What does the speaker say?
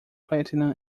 platinum